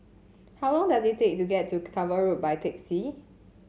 how long does it take to get to Cavan Road by taxi